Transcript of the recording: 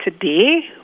Today